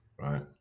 Right